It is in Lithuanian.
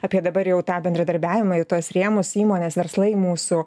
apie dabar jau tą bendradarbiavimą į tuos rėmus įmonės verslai mūsų